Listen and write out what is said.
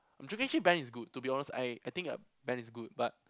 band is good to be honest I I think uh band is good but